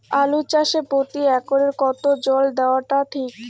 আলু চাষে প্রতি একরে কতো জল দেওয়া টা ঠিক?